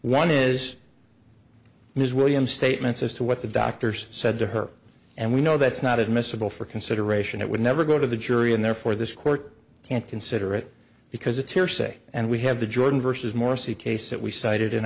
one is his william statements as to what the doctors said to her and we know that's not admissible for consideration it would never go to the jury and therefore this court can't consider it because it's hearsay and we have the jordan vs morsi case that we cited in